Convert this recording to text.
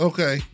Okay